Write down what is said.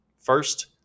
First